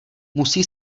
musí